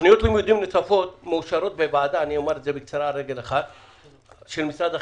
תכניות לימודים נוספות מאושרות בוועדה של משרד החינוך,